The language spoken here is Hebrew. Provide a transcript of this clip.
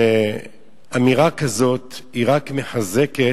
שאמירה כזאת היא רק מחזקת,